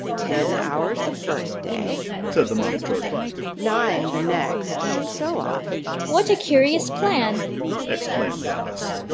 ten hours the first day said the mock turtle nine the next, and so on what a curious plan exclaimed alice.